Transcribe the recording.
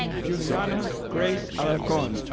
juliana grace alarcon,